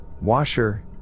washer